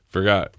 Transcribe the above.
Forgot